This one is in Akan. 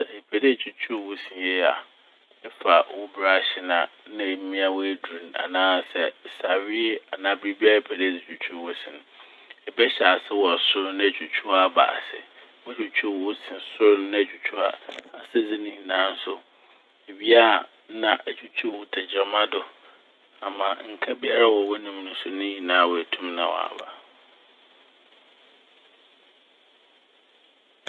Sɛ epɛ dɛ itwitwuw wo se yie a efa wo 'brush' na a emia w'edur anaa sɛ sawee anaa biribiara a epɛ dɛ edze twitwuw wo se n'. Ebɛhyɛ ase wɔ sor na etwitwuw aba ase. Botwiwuuw wo se sor na etwitwuuw aa- asedze ne nyinaa so. Iwie a na etwitwuuw wo tegyirma do ama nka biara a ɔwɔ w'enum no so ne nyinara oetum na ɔaba.